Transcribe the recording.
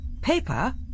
Paper